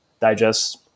digest